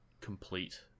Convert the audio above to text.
complete